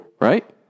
Right